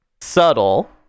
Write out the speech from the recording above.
subtle